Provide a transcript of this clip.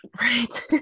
right